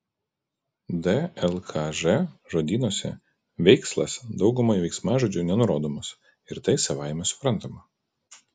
dlkž žodynuose veikslas daugumai veiksmažodžių nenurodomas ir tai savaime suprantama